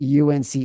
UNC